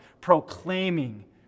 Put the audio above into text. proclaiming